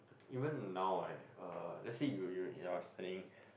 even now right uh let's say you you you are standing